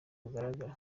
bugaragara